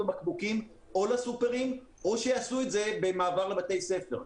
הבקבוקים או לסופרמרקטים או שיעשו את זה במעבר לבתי הספר.